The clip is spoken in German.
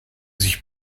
sich